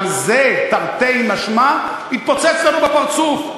גם זה, תרתי משמע, התפוצץ לנו בפרצוף.